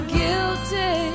guilty